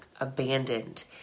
abandoned